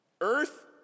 earth